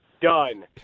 Done